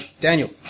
Daniel